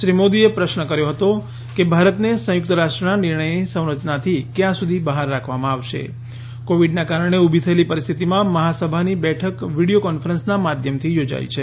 શ્રી મોદીએ પ્રશ્ન કર્યો હતો કે ભારતને સંયુક્ત રાષ્ટ્રના નિર્ણયની સંરચનાથી ક્યાં સુધી બહાર રાખવામાં આવશે કોવિડના કારણે ઉભી થયેલી પરિસ્થિતિમાં મહાસભાની બેઠક વિડિયો કોન્ફરન્સના માધ્યમથી યોજાઇ છે